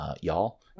Y'all